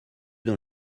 dans